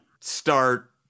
start